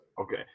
Okay